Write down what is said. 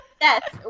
Yes